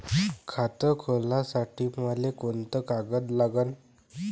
खात खोलासाठी मले कोंते कागद लागन?